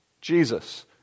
Jesus